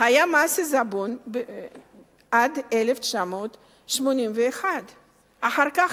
היה מס עיזבון עד 1981. אחר כך,